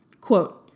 Quote